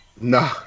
No